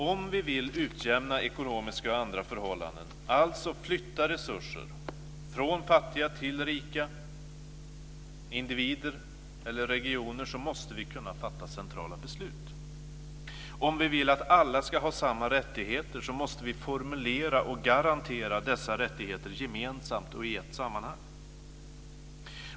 Om vi vill utjämna ekonomiska och andra förhållanden, alltså flytta resurser från rika till fattiga individer eller regioner, måste vi kunna fatta centrala beslut. Om vi vill att alla ska ha samma rättigheter måste vi formulera och garantera dessa rättigheter gemensamt och i ett sammanhang.